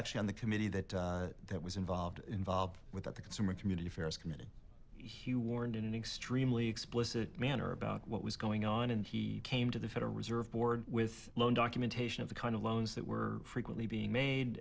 actually on the committee that that was involved involved with the consumer community affairs committee he warned in an extremely explicit manner about what was going on and he came to the federal reserve board with documentation of the kind of loans that were frequently being made